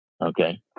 okay